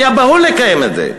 היה בהול לקיים את זה.